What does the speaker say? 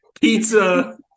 pizza